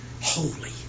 holy